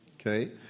okay